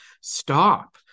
stop